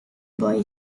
boy